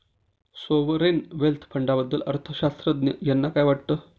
Sovereign wealth फंडाबद्दल अर्थअर्थशास्त्रज्ञ यांना काय वाटतं?